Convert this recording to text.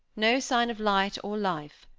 no sign of light or life,